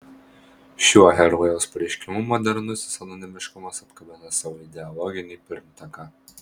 šiuo herojaus pareiškimu modernusis anonimiškumas apkabina savo ideologinį pirmtaką